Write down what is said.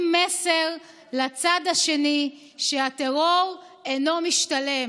מסר לצד השני שהטרור אינו משתלם".